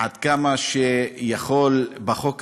עד כמה שיכול בחוק הזה.